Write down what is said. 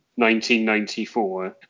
1994